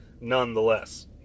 nonetheless